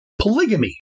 polygamy